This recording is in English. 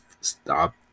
stop